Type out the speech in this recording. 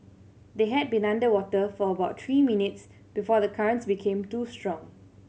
they had been underwater for about three minutes before the currents became too strong